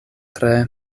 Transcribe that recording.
tre